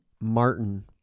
Martin